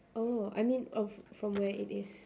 oh I mean of from where it is